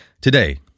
Today